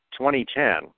2010